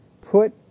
put